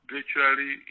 virtually